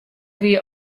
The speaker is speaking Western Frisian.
wie